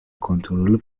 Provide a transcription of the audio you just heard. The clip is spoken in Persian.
کنترل